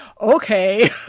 okay